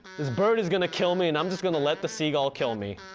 this bird is gonna kill me and i'm just gonna let the seagull kill me,